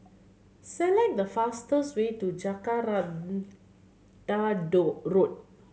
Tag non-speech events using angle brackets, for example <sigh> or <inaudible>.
select the fastest way to Jacaranda <unintelligible> Road